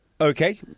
Okay